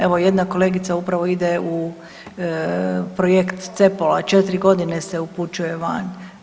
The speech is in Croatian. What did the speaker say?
Evo, jedna kolegica upravo ide u projekt CEPOL-a, 4 godine se upućuje van.